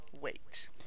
wait